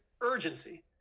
urgency